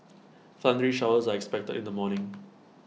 thundery showers are expected in the morning